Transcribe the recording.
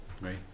Right